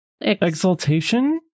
exultation